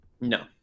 No